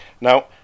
Now